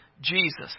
Jesus